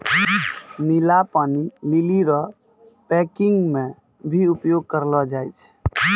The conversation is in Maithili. नीला पानी लीली रो पैकिंग मे भी उपयोग करलो जाय छै